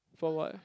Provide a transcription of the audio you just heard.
for what